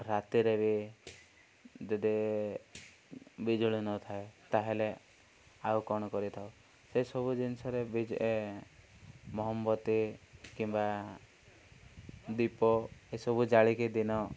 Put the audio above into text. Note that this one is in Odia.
ରାତିରେ ବି ଯଦି ବିଜୁଳି ନଥାଏ ତା'ହେଲେ ଆଉ କ'ଣ କରିଥାଉ ସେସବୁ ଜିନିଷରେ ମହମବତୀ କିମ୍ବା ଦୀପ ଏସବୁ ଜାଳିକି ଦିନ